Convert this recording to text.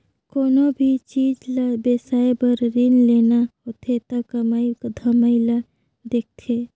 कोनो भी चीच ल बिसाए बर रीन लेना होथे त कमई धमई ल देखथें